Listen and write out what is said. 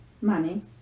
money